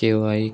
K Y